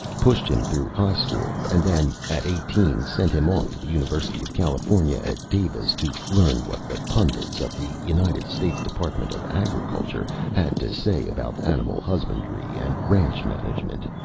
pushed him through high school and then, at eighteen, sent him off to the university of california at davis to learn what the pundits of the united states department of agriculture had to say about animal husbandry and ranch management.